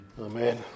Amen